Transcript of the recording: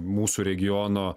mūsų regiono